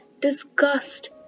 disgust